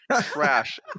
trash